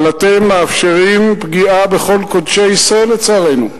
אבל אתם מאפשרים פגיעה בכל קודשי ישראל, לצערנו.